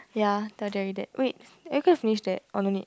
ya tell jerry that wait are you gonna finish that or don't need